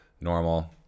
Normal